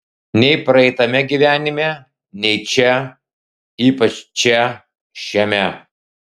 nei praeitame gyvenime nei čia ypač čia šiame